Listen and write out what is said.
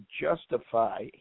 justify